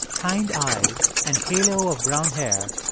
kind eyes and halo of brown hair,